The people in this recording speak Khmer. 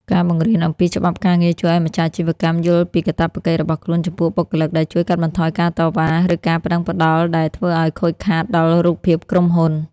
ការបង្រៀនអំពីច្បាប់ការងារជួយឱ្យម្ចាស់អាជីវកម្មយល់ពីកាតព្វកិច្ចរបស់ខ្លួនចំពោះបុគ្គលិក ដែលជួយកាត់បន្ថយការតវ៉ា ឬការប្ដឹងផ្ដល់ដែលធ្វើឱ្យខូចខាតដល់រូបភាពក្រុមហ៊ុន។